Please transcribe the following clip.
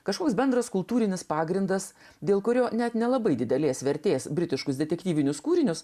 kažkoks bendras kultūrinis pagrindas dėl kurio net nelabai didelės vertės britiškus detektyvinius kūrinius